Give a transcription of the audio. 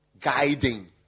guiding